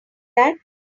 that